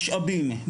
משאבים,